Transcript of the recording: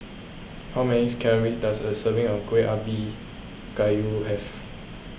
how many calories does a serving of Kueh Ubi Kayu have